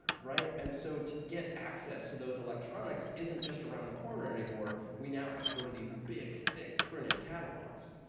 right? and so, to get access to those electronics, it isn't just around the corner anymore. we now have to go to these big, thick, printed catalogs.